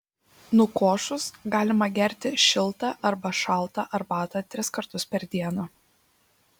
nukošus galima gerti šiltą arba šaltą arbatą tris kartus per dieną